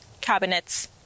cabinets